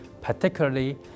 particularly